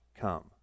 come